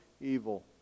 evil